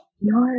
No